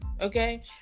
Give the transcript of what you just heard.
Okay